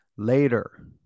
later